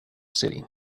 city